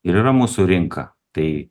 ir yra mūsų rinka tai